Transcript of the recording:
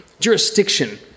jurisdiction